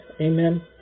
Amen